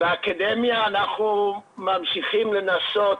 באקדמיה אנחנו ממשיכים לנסות